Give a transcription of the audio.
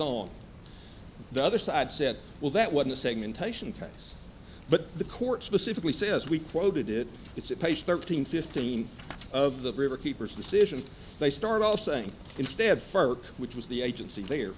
own the other side said well that was a segmentation but the court specifically says we quoted it it's a page thirteen fifteen of the river keepers decision they start off saying instead ferk which was the agency the